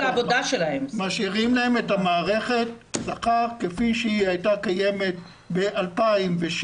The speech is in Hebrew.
משאירים להם את מערכת השכר כפי היא הייתה קיימת ב-2007.